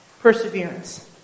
Perseverance